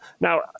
Now